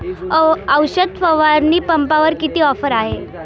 औषध फवारणी पंपावर किती ऑफर आहे?